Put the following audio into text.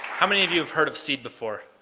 how many of you have heard of seed before?